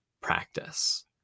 practice